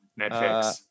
Netflix